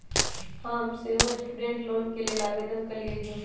हम सेहो student loan के लेल आवेदन कलियइ ह